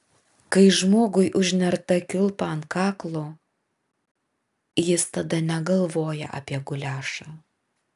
kai žmogui užnerta kilpa ant kaklo jis tada negalvoja apie guliašą